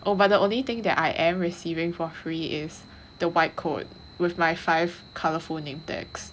oh but the only thing that I am receiving for free is the white coat with my five colourful name tags